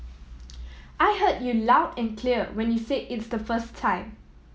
I heard you loud and clear when you said it the first time